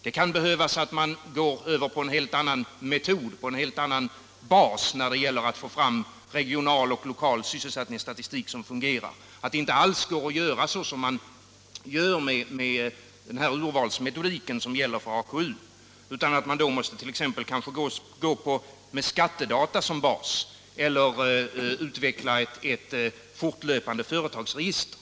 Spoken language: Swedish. Man kan behöva välja en helt annan Onsdagen den Det är möjligt att man inte alls kan använda den urvalsmetodik som I gäller för AKU. Man måste kanske använda t.ex. skattedata som bas Anslag till statistis eller utveckla ett fortlöpande företagsregister.